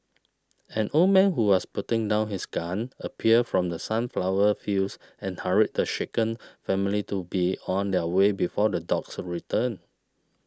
an old man who was putting down his gun appeared from the sunflower fields and hurried the shaken family to be on their way before the dogs return